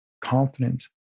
confident